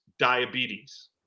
Diabetes